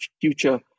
future